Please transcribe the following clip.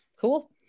cool